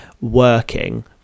working